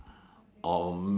um